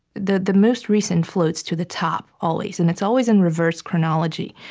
the the most recent floats to the top always. and it's always in reverse chronology.